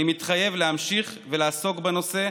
אני מתחייב להמשיך ולעסוק בנושא